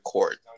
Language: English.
Court